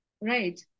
right